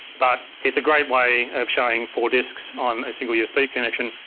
but it's a great way of showing four disks on a single usb connection.